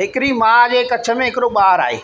हिकिड़ी माउ जे कछ में हिकिड़ो ॿार आहे